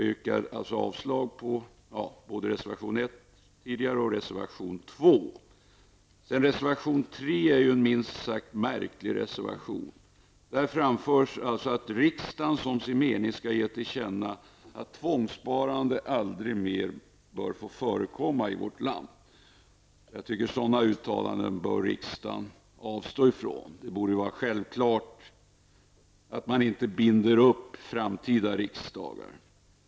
Jag yrkar avslag på reservation 1 och 2. Reservation 3 är minst sagt en märklig reservation. Där framförs att riksdagen som sin mening skall ge regeringen till känna att tvångssparande aldrig mer skall förekomma i vårt land. Jag tycker att riksdagen skall avstå från sådana uttalanden. Det borde vara självklart att man inte skall binda upp framtida riksdagar.